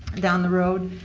down the road.